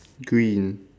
green